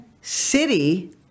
city